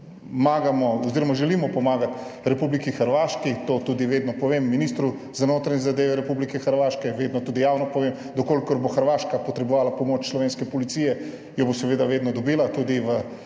oziroma želimo pomagati Republiki Hrvaški. To tudi vedno povem ministru za notranje zadeve Republike Hrvaške. Vedno tudi javno povem, da v kolikor bo Hrvaška potrebovala pomoč slovenske policije, jo bo seveda vedno dobila, tudi v formatu